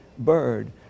bird